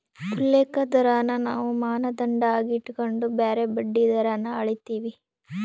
ಉಲ್ಲೇಖ ದರಾನ ನಾವು ಮಾನದಂಡ ಆಗಿ ಇಟಗಂಡು ಬ್ಯಾರೆ ಬಡ್ಡಿ ದರಾನ ಅಳೀತೀವಿ